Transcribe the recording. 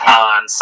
on